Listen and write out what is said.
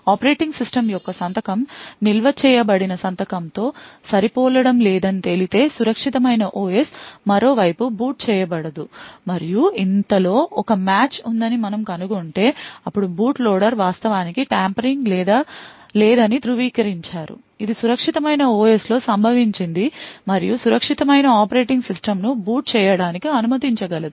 operating system యొక్క సంతకం నిల్వ చేయబడిన సంతకం తో సరిపోలడం లేదని తేలితే సురక్షితమైన OS మరోవైపు బూట్ చేయబడదు మరియు ఇంతలో ఒక మ్యాచ్ ఉందని మనము కనుగొంటే అప్పుడు బూట్ లోడర్ వాస్తవానికి ట్యాంపరింగ్ లేదని ధృవీకరించారు ఇది సురక్షితమైన OS లో సంభవించింది మరియు సురక్షితమైన ఆపరేటింగ్ సిస్టమ్ను బూట్ చేయడానికి అనుమతించగలదు